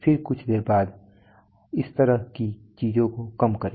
फिर कुछ देर बाद इस तरह की चीजों को कम करें